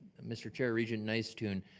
mr. chair, regent nystuen.